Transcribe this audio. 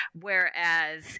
Whereas